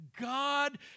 God